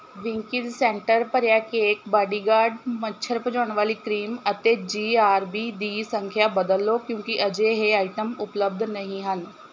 Winkies centre ਭਰਿਆ cake bodyguard ਮੱਛਰ ਭਜਾਉਣ ਵਾਲੀ ਕਰੀਮ ਅਤੇ ਜੀ ਆਰ ਬੀ ਦੀ ਸੰਖਿਆ ਬਦਲ ਲਓ ਕਿਉਂਕਿ ਅਜੇ ਇਹ ਆਈਟਮ ਉਪਲਬਧ ਨਹੀਂ ਹਨ